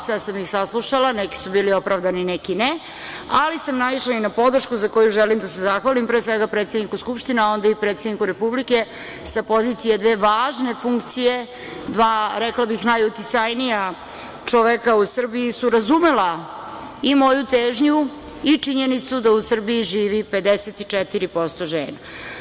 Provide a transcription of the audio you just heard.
Sve sam ih saslušala, neki su bili opravdani, neki ne, ali sam naišla i na podršku za koju želim da se zahvalim pre svega predsedniku Skupštine, a onda i predsedniku Republike sa pozicije dve važne funkcije, dva, rekla bih, najuticajnija čoveka u Srbiji su razumela i moju težnju i činjenicu da u Srbiji živi 54% žena.